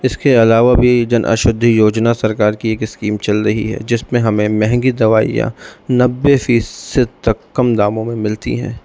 اس کے علاوہ بھی جن اشودھی یوجنا سرکار کی ایک اسکیم چل رہی ہے جس میں ہمیں مہنگی دوائیاں نبے فیصد تک کم داموں میں ملتی ہیں